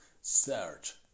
search